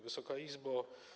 Wysoka Izbo!